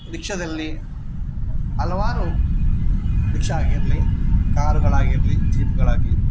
ರಿಕ್ಷಾದಲ್ಲಿ ಹಲವಾರು ರಿಕ್ಷಾ ಆಗಿರಲೀ ಕಾರುಗಳಾಗಿರಲೀ ಜೀಪುಗಳಾಗಲೀ